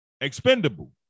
expendable